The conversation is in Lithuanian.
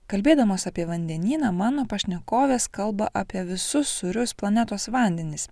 kalbėdamos apie vandenyną mano pašnekovės kalba apie visus sūrius planetos vandenis